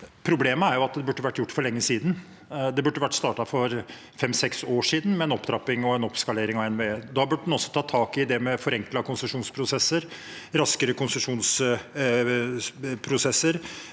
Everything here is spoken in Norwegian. Problemet er at det burde vært gjort for lenge siden. Det burde vært startet for fem–seks år siden, med en opptrapping og en oppskalering av NVE. Da burde man også tatt tak i forenklede konsesjonsprosesser, raskere konsesjonsprosesser